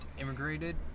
immigrated